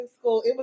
School